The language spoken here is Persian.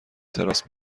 تراس